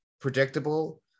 predictable